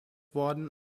worden